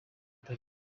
tariki